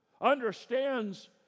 understands